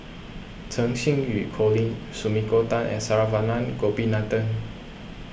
Cheng Xinru Colin Sumiko Tan and Saravanan Gopinathan